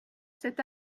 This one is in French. cet